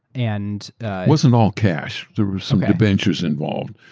and wasn't all cash, there were some ventures involved.